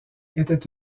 était